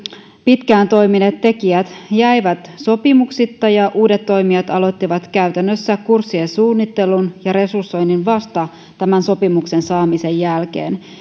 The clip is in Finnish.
pitkään toimineet tekijät jäivät sopimuksitta ja uudet toimijat aloittivat käytännössä kurssien suunnittelun ja resursoinnin vasta sopimuksen saamisen jälkeen